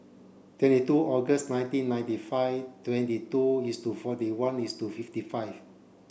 twenty two August nineteen ninety five twenty two is to forty one is to fifty five